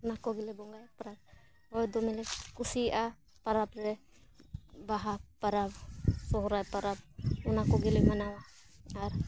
ᱚᱱᱟ ᱠᱚᱜᱮᱞᱮ ᱵᱚᱸᱜᱟᱭᱟ ᱯᱚᱨᱚᱵᱽ ᱫᱚᱢᱮᱞᱮ ᱠᱩᱥᱤᱭᱟᱜᱼᱟ ᱯᱚᱨᱚᱵᱽ ᱨᱮ ᱵᱟᱦᱟ ᱯᱚᱨᱚᱵᱽ ᱥᱚᱦᱨᱟᱭ ᱯᱚᱨᱚᱵᱽ ᱚᱱᱟ ᱠᱚᱜᱮᱞᱮ ᱢᱟᱱᱟᱣᱟ ᱟᱨ